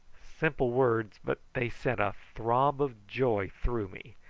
simple words, but they sent a throb of joy through me,